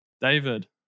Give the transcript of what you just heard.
David